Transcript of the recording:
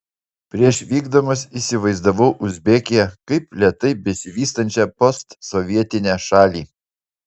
prieš vykdamas įsivaizdavau uzbekiją kaip lėtai besivystančią postsovietinę šalį